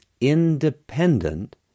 independent